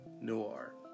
noir